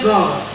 God